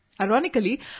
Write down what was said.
Ironically